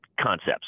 concepts